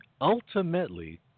ultimately